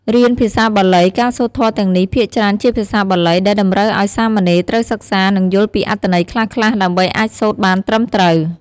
រៀនភាសាបាលី ការសូត្រធម៌ទាំងនេះភាគច្រើនជាភាសាបាលី ដែលតម្រូវឱ្យសាមណេរត្រូវសិក្សា និងយល់ពីអត្ថន័យខ្លះៗ ដើម្បីអាចសូត្របានត្រឹមត្រូវ។